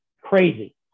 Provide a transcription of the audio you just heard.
crazy